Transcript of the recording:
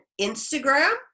Instagram